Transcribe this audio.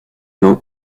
non